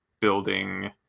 building